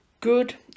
good